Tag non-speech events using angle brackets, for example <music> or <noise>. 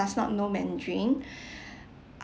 does not know mandarin <breath>